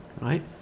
right